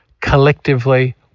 Collectively